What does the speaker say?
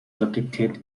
located